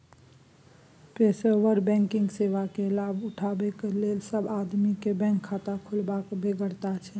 पेशेवर बैंकिंग सेवा केर लाभ उठेबाक लेल सब आदमी केँ बैंक खाता खोलबाक बेगरता छै